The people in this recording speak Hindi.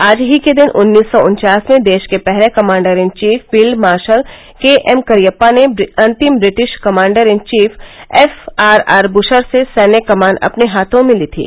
आज ही के दिन उन्नीस सौ उन्वास में देश के पहले commander in chief field marshal K M Cariappa ने अंतिम British commander in chief F R R ब्रशर से सैन्य कमान अपने हाथों में ली थी